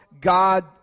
God